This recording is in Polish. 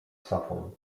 sofą